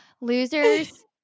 Losers